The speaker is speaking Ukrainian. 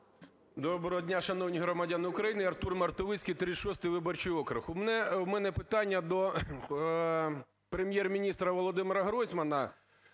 Доброго дня, шановні громадяни України! Артур Мартовицький, 36 виборчий округ. У мене питання до Прем'єр-міністра Володимира Гройсмана